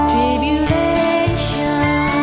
Tribulation